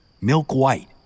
milk-white